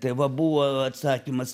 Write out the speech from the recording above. tai va buvo atsakymas